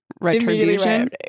retribution